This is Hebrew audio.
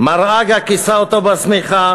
מר אגה כיסה אותו בשמיכה,